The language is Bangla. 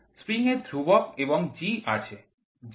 স্প্রিং এর ধ্রুবক এবং G আছে G কি